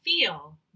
feel